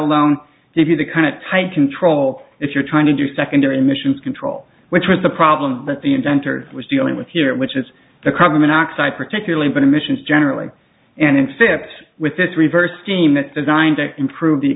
alone give you the kind of tight control if you're trying to do secondary emissions control which was the problem that the inventor was dealing with here which is the carbon monoxide particularly but emissions generally and in fits with this reversed scheme that designed to improve the